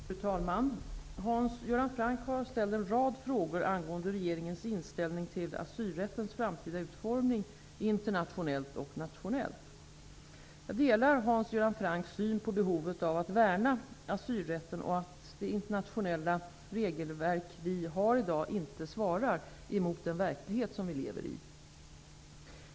Fru talman! Hans Göran Franck har ställt en rad frågor angående regeringens inställning till asylrättens framtida utformning internationellt och nationellt. Jag delar Hans Göran Francks syn på behovet av att värna asylrätten och att det internationella regelverk vi har i dag inte svarar mot den verklighet som vi lever i.